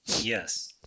yes